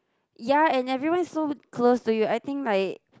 ya and everyone is so close to you I think like